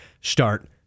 start